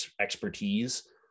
expertise